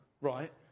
right